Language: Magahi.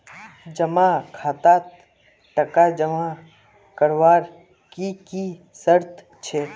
जमा खातात टका जमा करवार की की शर्त छे?